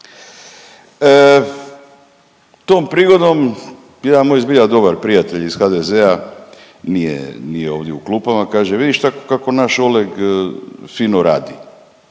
Tom prigodom jedan moj zbilja dobar prijatelj iz HDZ-a, nije ovdje u klupama, kaže vidi kako naš Oleg fino radi,